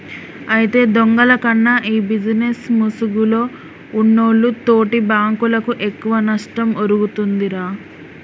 అయితే దొంగల కన్నా ఈ బిజినేస్ ముసుగులో ఉన్నోల్లు తోటి బాంకులకు ఎక్కువ నష్టం ఒరుగుతుందిరా